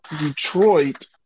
Detroit –